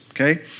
Okay